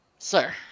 Sir